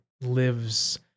lives